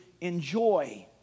enjoy